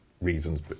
reasons